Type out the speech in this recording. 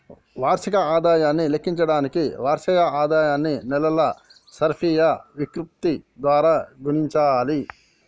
వార్షిక ఆదాయాన్ని లెక్కించడానికి వార్షిక ఆదాయాన్ని నెలల సర్ఫియా విశృప్తి ద్వారా గుణించాలి